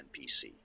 NPC